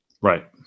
Right